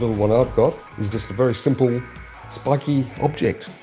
one i've got is just a very simple spiky object.